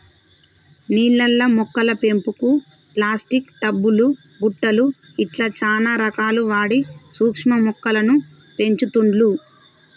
నీళ్లల్ల మొక్కల పెంపుకు ప్లాస్టిక్ టబ్ లు బుట్టలు ఇట్లా చానా రకాలు వాడి సూక్ష్మ మొక్కలను పెంచుతుండ్లు